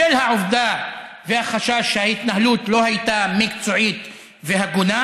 בשל העובדה והחשש שההתנהלות לא הייתה מקצועית והגונה,